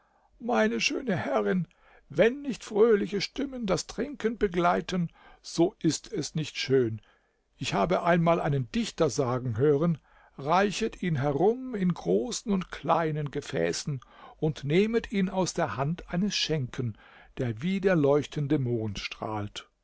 meine schöne herrin wenn nicht fröhliche stimmen das trinken begleiten so ist es nicht schön ich habe einmal einen dichter sagen hören reichet ihn herum in großen und kleinen gefäßen und nehmet ihn aus der hand eines schenken der wie der leuchtende mond strahlt